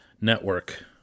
Network